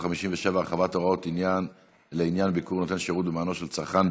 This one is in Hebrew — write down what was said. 57) (הרחבת הוראות לעניין ביקור נותן שירות במענו של צרכן),